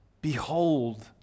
Behold